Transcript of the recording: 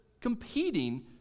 competing